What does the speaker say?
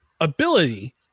ability